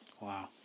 wow